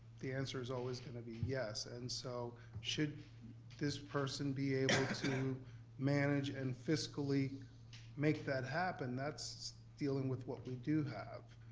the answer is always gonna be yes. and so, should this person be able to manage and fiscally make that happen? that's dealing with what we do have.